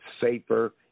Safer